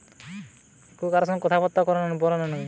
ভেরার শশার ফলন ভালো না মাটির শশার?